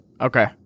Okay